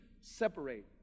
separate